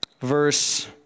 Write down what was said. verse